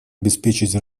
обеспечить